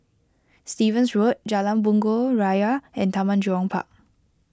Stevens Road Jalan Bunga Raya and Taman Jurong Park